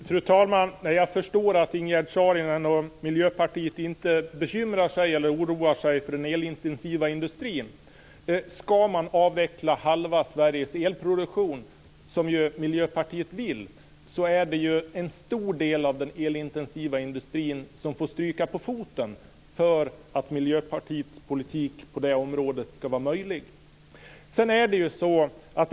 Fru talman! Jag förstår att Ingegerd Saarinen och Miljöpartiet inte oroar sig för den elintensiva industrin. Ska man avveckla halva Sveriges elproduktion, som ju Miljöpartiet vill, är det en stor del av den elintensiva industrin som får stryka på foten för att Miljöpartiets politik på det området ska vara möjlig.